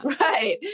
Right